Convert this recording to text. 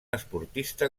esportista